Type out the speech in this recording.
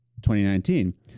2019